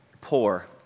poor